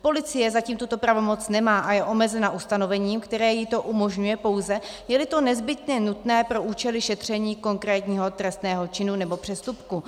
Policie zatím tuto pravomoc nemá a je omezena ustanovením, které jí to umožňuje pouze, jeli to nezbytně nutné pro účely šetření konkrétního trestného činu nebo přestupku.